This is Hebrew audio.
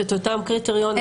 את אותם קריטריונים הכוונה.